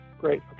Great